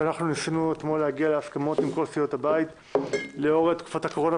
ניסינו אתמול להגיע להסכמות עם כל סיעות הבית לאור תקופת הקורונה,